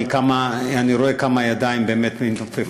אני רואה כמה ידיים מתנופפות.